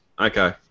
okay